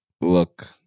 look